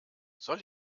soll